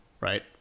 right